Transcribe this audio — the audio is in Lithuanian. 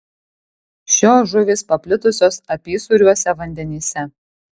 šios žuvys paplitusios apysūriuose vandenyse